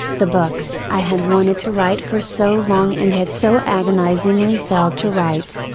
the books i had wanted to write for so long and had so agonizingly failed to write,